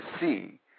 see